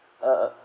uh